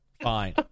Fine